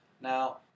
now